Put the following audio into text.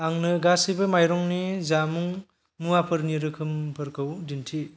आंनो गासैबो माइरंनि जामुं मुवाफोरनि रोखोमफोरखौ दिन्थि